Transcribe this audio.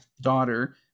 daughter